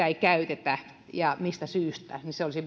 ei käytetä ja mistä syystä se olisi